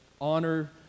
honor